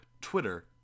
Twitter